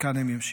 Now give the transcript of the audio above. מכאן הם ימשיכו.